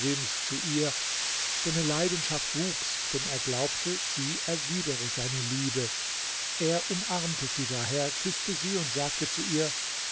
zu ihr seine leidenschaft wuchs denn er glaubte sie erwidere seine liebe er umarmte sie daher küßte sie und sagte zu ihr